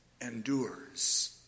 Endures